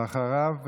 ואחריו,